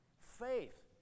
Faith